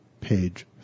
page